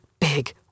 big